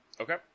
Okay